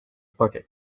bucket